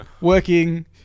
working